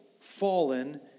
fallen